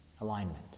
alignment